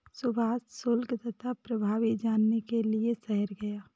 सुभाष शुल्क तथा प्रभावी जानने के लिए शहर गया